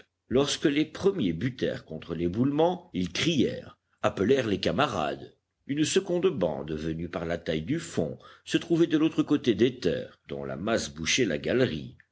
lorsque les premiers butèrent contre l'éboulement ils crièrent appelèrent les camarades une seconde bande venue par la taille du fond se trouvait de l'autre côté des terres dont la masse bouchait la galerie